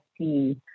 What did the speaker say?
see